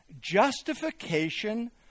justification